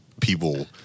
people